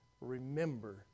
remember